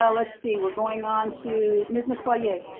ah let's see, we're going on to ms. metoyer.